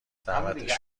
دعوتش